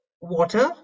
Water